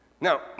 Now